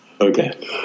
Okay